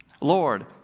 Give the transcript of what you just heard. Lord